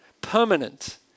permanent